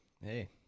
Hey